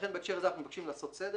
לכן בהקשר הזה אנחנו מבקשים לעשות סדר.